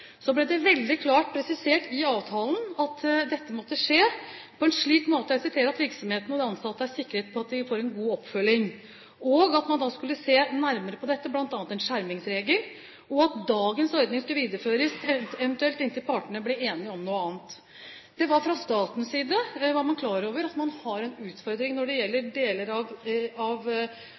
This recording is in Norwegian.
Så ble det veldig klart presisert i avtalen at dette måtte skje på en slik måte «at virksomheter og ansatte er sikre på at de får god oppfølging». Man skulle se nærmere på dette, bl.a. en skjermingsregel, og dagens ordning skulle videreføres inntil partene eventuelt ble enige om noe annet. Fra statens side var man klar over at man har en utfordring når det gjelder deler av